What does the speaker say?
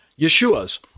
Yeshua's